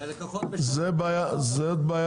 זאת הבעיה